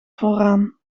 vooraan